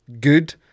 good